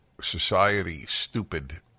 society-stupid